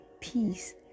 peace